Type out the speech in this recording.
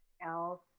else